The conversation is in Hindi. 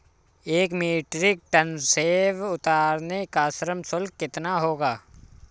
एक मीट्रिक टन सेव उतारने का श्रम शुल्क कितना होगा?